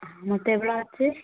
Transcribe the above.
ஆ மொத்தம் எவ்வளோ ஆச்சு